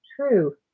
True